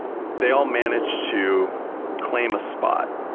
they all manage to claim a spot.